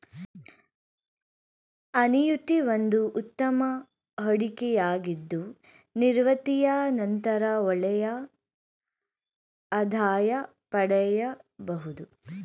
annuity ಒಂದು ಉತ್ತಮ ಹೂಡಿಕೆಯಾಗಿದ್ದು ನಿವೃತ್ತಿಯ ನಂತರ ಒಳ್ಳೆಯ ಆದಾಯ ಪಡೆಯಬಹುದು